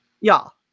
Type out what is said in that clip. y'all